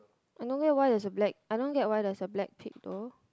I don't get why there's a black I don't get where there's a black pig though